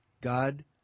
God